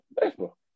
Baseball